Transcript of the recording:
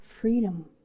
freedom